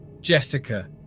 Jessica